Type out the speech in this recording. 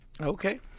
Okay